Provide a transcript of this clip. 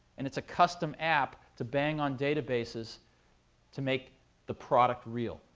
and it's a custom app to bang on databases to make the product real,